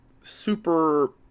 super